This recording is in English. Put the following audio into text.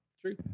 true